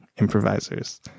improvisers